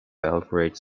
belgrade